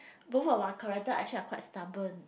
both of our character actually are quite stubborn